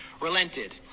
relented